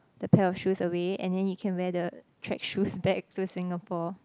the pair of shoes away and then you can wear the track shoes back to Singapore